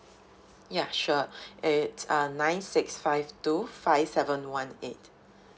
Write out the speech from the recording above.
ya sure it's uh nine six five two five seven one eight